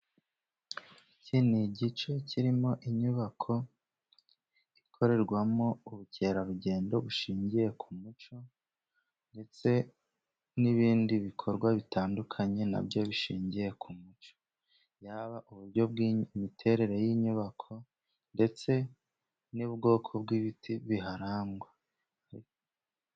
Iki ni igice kirimo inyubako ikorerwamo ubukerarugendo bushingiye ku muco ndetse n'ibindi bikorwa bitandukanye nabyo bishingiye ku muco yaba uburyo bw'imiterere y'inyubako ndetse n'ubwoko bw'ibiti biharangwa.